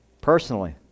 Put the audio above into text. Personally